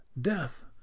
Death